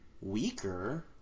weaker